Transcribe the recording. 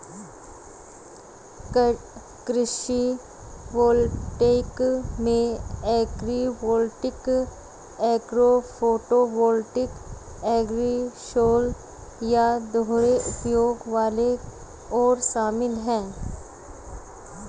कृषि वोल्टेइक में agrivoltaic agro photovoltaic agrisol या दोहरे उपयोग वाले सौर शामिल है